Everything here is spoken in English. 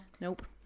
Nope